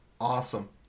Awesome